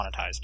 monetized